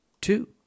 two